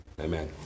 Amen